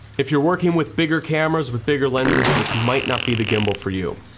if you're working with bigger cameras with bigger lenses, this might not be the gimbal for you.